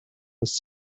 was